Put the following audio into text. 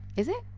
is it?